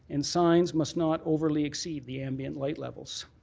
and signs must not overly exceed the ambient light levels.